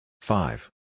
Five